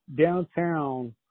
downtown